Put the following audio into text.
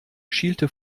schielte